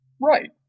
right